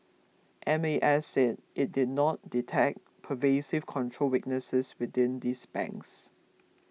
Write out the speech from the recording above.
M A S said it did not detect pervasive control weaknesses within these banks